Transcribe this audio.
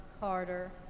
Carter